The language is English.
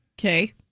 Okay